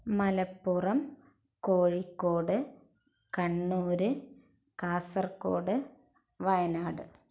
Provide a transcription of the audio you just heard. Malappuram Kozhikode Kannur Kasaragod Wayanad